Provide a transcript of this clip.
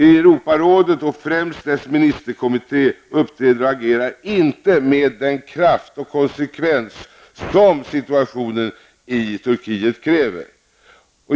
Europarådet och främst dess ministerkommitté uppträder och agerar inte med den kraft och konsekvens som situationen i Turkiet kräver.